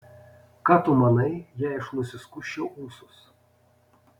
ką tu manai jei aš nusiskusčiau ūsus